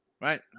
Right